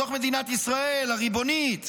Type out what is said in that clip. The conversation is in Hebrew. בתוך מדינת ישראל הריבונית,